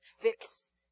fix